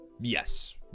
Yes